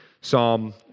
Psalm